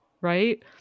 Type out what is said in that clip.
Right